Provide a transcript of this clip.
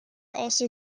also